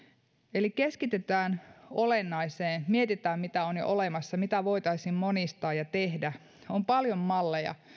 eli keskitytään olennaiseen mietitään mitä on jo olemassa mitä voitaisiin monistaa ja tehdä on paljon malleja